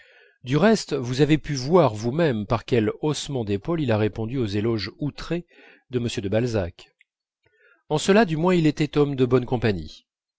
du reste vous avez pu voir vous-même par quel haussement d'épaules il a répondu aux éloges outrés de m de balzac en cela du moins il était homme de bonne compagnie